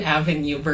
Avenue